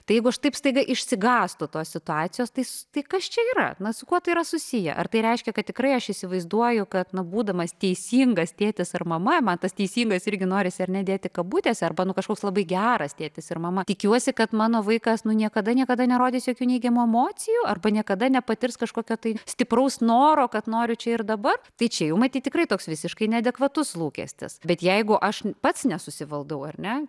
tai jeigu taip staiga išsigąstu tos situacijos tai tai kas čia yra na su kuo tai yra susiję ar tai reiškia kad tikrai aš įsivaizduoju kad na būdamas teisingas tėtis ar mama man tas teisybės irgi norisi ar ne dėti kabutėse arba kažkoks labai geras tėtis ir mama tikiuosi kad mano vaikas nu niekada niekada nerodys jokių neigiamų emocijų arba niekada nepatirs kažkokio tai stipraus noro kad noriu čia ir dabar tai čia jau matyt tikrai toks visiškai neadekvatus lūkestis bet jeigu aš pats nesusivaldau ar ne